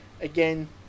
again